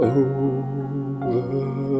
over